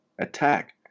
Attack